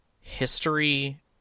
history